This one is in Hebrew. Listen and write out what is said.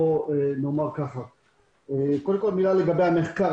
משהו לגבי המחקר.